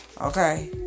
Okay